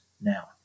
now